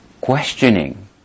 questioning